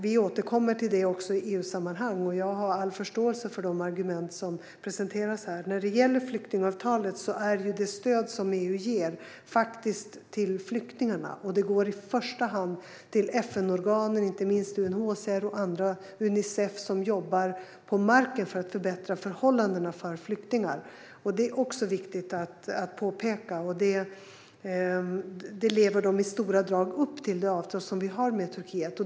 Vi återkommer också till detta i EU-sammanhang, och jag har all förståelse för de argument som presenteras här. När det gäller flyktingavtalet går det stöd som EU ger till flyktingarna och i första hand till FN-organ, inte minst UNHCR, Unicef och andra som jobbar på marken för att förbättra förhållandena för flyktingar. Turkiet lever i stora drag upp till det avtal som vi har med landet.